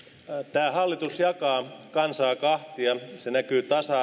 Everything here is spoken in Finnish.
tämä hallitus jakaa kansaa kahtia se näkyy tasa